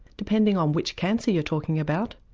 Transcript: depending on which cancer you're talking about,